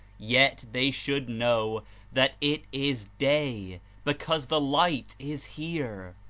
yet they should know that it is day because the light is here.